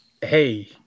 hey